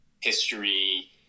history